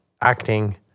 acting